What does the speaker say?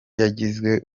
yagizwe